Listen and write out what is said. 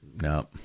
No